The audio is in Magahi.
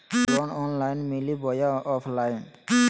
लोन ऑनलाइन मिली बोया ऑफलाइन?